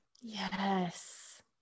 yes